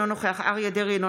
אינו נוכח אריה מכלוף דרעי,